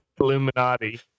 illuminati